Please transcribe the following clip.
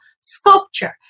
sculpture